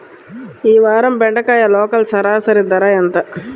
ఈ వారం బెండకాయ లోకల్ సరాసరి ధర ఎంత?